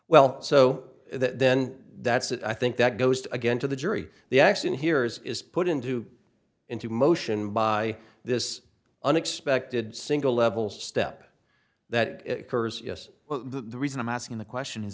well so then that's it i think that goes again to the jury the action hears is put into into motion by this unexpected single level step that occurs yes well the reason i'm asking the question